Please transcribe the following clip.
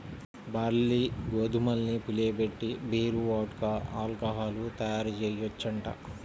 barley, గోధుమల్ని పులియబెట్టి beer, vodka, alcohol తయ్యారుజెయ్యొచ్చంట